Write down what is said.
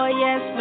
yes